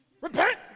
repent